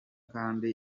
kandi